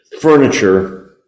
furniture